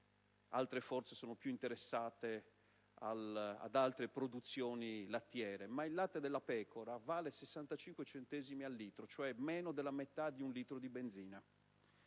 Governo sono più interessate ad altre produzioni lattiere, ma il latte di pecora vale 65 centesimi al litro, meno della metà di un litro di benzina.